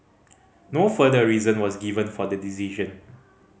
no further reason was given for the decision